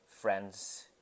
friends